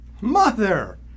Mother